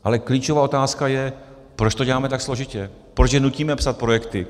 Ale klíčová otázka je, proč to děláme tak složitě, proč je nutíme psát projekty.